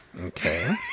Okay